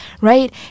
right